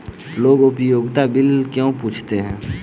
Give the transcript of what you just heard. लोग उपयोगिता बिल क्यों पूछते हैं?